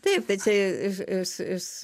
taip tai čia iš iš iš